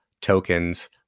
tokens